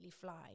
fly